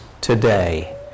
today